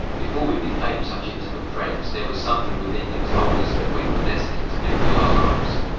before we became such intimate friends there was something within that told us that we were destined to mingle our lives.